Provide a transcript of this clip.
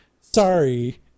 sorry